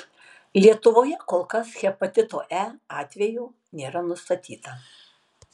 lietuvoje kol kas hepatito e atvejų nėra nustatyta